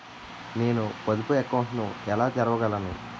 నేను పొదుపు అకౌంట్ను ఎలా తెరవగలను?